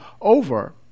over